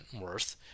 worth